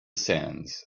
sands